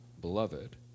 beloved